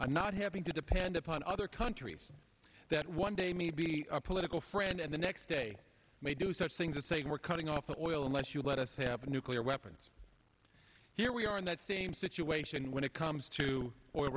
of not having to depend upon other countries that one day may be a political friend and the next day may do such things as saying we're cutting off oil unless you let us have nuclear weapons here we are in that same situation when it comes to oil